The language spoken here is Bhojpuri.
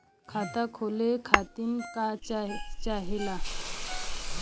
खाता खोले खातीर का चाहे ला?